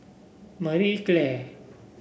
Marie Claire